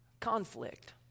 conflict